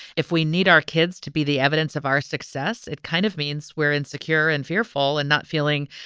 if we need our kids to be the evidence of our success, it kind of means we're insecure and fearful and not feeling,